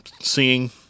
seeing